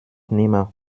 nimmer